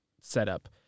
setup